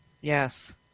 Yes